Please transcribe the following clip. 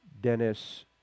dennis